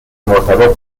مرتبط